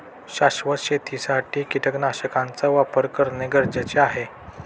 शाश्वत शेतीसाठी कीटकनाशकांचा वापर करणे गरजेचे आहे